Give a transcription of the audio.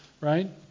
right